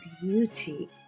beauty